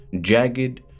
jagged